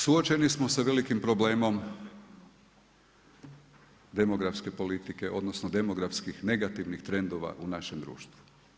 Suočeni smo sa velikim problemom demografske politike odnosno demografskih negativnih trendova u našem društvu.